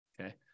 Okay